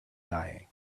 dying